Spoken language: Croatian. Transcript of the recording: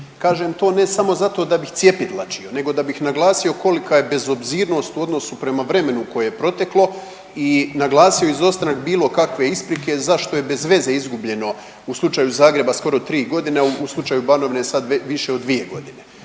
Kažem to ne samo zato da bih cjepidlačio nego da bih naglasio kolika je bezobzirnost u odnosu prema vremenu koje je proteklo i naglasio izostanak bilo kakve isprike zašto je bez veze izgubljeno u slučaju Zagreba skoro 3 godine, a u slučaju Banovine sad više od 2 godine.